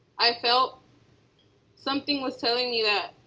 i felt something was telling me that,